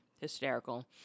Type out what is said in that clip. hysterical